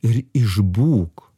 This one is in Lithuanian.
ir išbūk